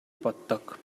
боддог